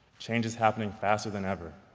change is happening faster than ever.